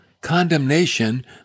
condemnation